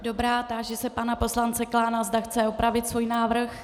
Dobrá, táži se pana poslance Klána, zda chce opravit svůj návrh.